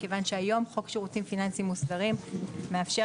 מכיוון שהיום חוק שירותים פיננסיים מוסדרים מאפשר